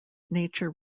nature